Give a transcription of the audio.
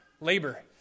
Labor